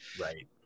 Right